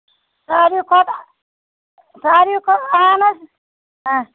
سارِوٕے کھۄتہٕ سارِوٕے کھۄتہٕ اَہَن حظ اَچھ